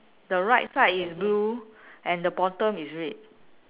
the right side is blue and the bottom is red